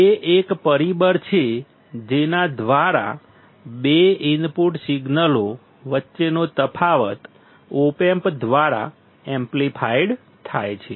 તે એક પરિબળ છે જેના દ્વારા બે ઇનપુટ સિગ્નલો વચ્ચેનો તફાવત ઓપ એમ્પ દ્વારા એમ્પ્લીફાઇડ થાય છે